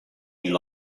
you